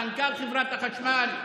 מנכ"ל חברת החשמל,